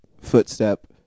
Footstep